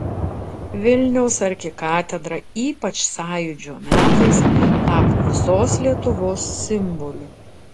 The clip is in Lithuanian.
vilniaus arkikatedra ypač sąjūdžio metais tapo visos lietuvos simboliu